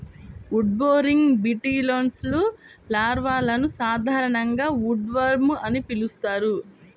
wood boring బీటిల్స్లో లార్వాలను సాధారణంగా ఉడ్వార్మ్ అని పిలుస్తారు